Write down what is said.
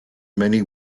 many